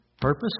purpose